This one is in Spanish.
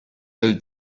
del